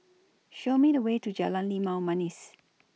Show Me The Way to Jalan Limau Manis